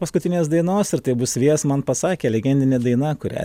paskutinės dainos ir tai bus viejas man pasakė legendinė daina kurią